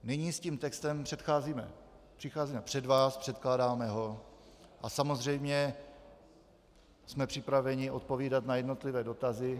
Nyní s tímto textem přicházíme před vás, předkládáme ho a samozřejmě jsme připraveni odpovídat na jednotlivé dotazy.